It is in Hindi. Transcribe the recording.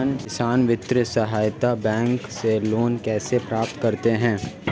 किसान वित्तीय सहायता बैंक से लोंन कैसे प्राप्त करते हैं?